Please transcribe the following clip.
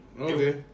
Okay